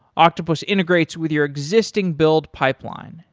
octopus integrates with your existing build pipeline,